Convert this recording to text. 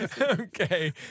Okay